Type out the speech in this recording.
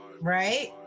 right